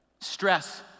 stress